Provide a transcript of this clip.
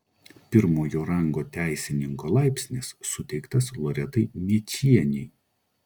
pirmojo rango teisininko laipsnis suteiktas loretai mėčienei